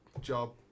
job